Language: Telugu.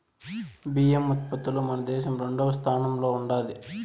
బియ్యం ఉత్పత్తిలో మన దేశం రెండవ స్థానంలో ఉండాది